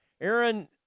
Aaron